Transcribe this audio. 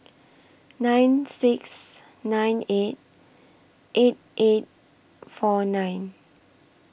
nine six nine eight eight eight four nine